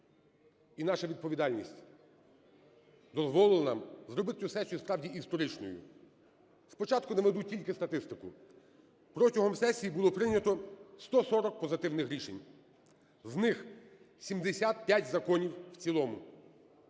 І наша відповідальність дозволила зробити сесію справді історичною. Спочатку наведу тільки статистику. Протягом сесії було прийнято 140 позитивних рішень. З них 75 законів в цілому,